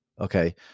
Okay